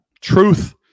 Truth